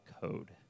code